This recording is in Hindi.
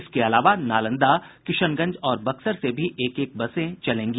इसके अलावा नालंदा किशनगंज और बक्सर से भी एक एक बस चलेगी